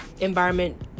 environment